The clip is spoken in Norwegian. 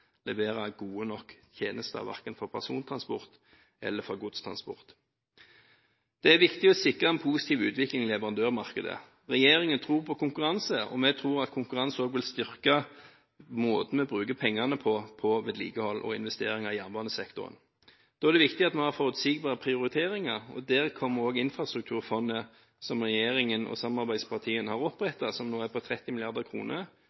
levere gode nok tjenester verken for persontransport eller for godstransport. Det er viktig å sikre en positiv utvikling i leverandørmarkedet. Regjeringen tror på konkurranse, og vi tror at konkurranse også vil styrke måten man bruker pengene på til vedlikehold og investeringer i jernbanesektoren. Da er det viktig at vi har forutsigbare prioriteringer. Der kommer også infrastrukturfondet, som regjeringen og samarbeidspartiene har